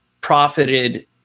profited